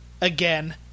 again